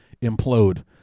implode